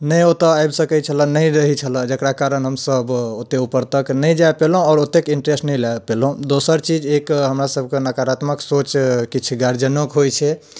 नहि ओतऽ आबि सकैत छलऽ नहि रहैत छलऽ जकरा कारण हमसभ ओतेक ऊपर तक नहि जाय पयलहुँ आओर ओतेक इन्टरेस्ट नहि लै पयलहुँ दोसर चीज एक हमरा सभकऽ नकारात्मक सोच किछु गारजिअनोके होइत छै